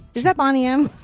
is that bonnie m?